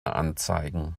anzeigen